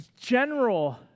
general